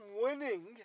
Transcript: winning